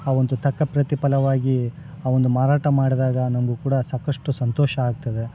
ಆ ಒಂದು ತಕ್ಕ ಪ್ರತಿಫಲವಾಗಿ ಆ ಒಂದು ಮಾರಾಟ ಮಾಡಿದಾಗ ನಮಗೂ ಕೂಡ ಸಾಕಷ್ಟು ಸಂತೋಷ ಆಗ್ತದೆ